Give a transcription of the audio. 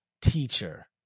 teacher